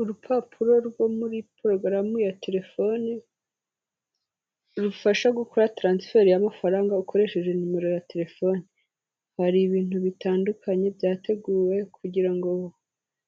Urupapuro rwo muri porogaramu ya telefoni, rufasha gukora taransiferi y'amafaranga ukoresheje nimero ya telefoni. Hari ibintu bitandukanye byateguwe kugira ngo